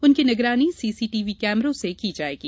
उनकी निगरानी सीसीटीवी कैमरों से की जायेगी